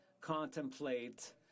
contemplate